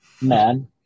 man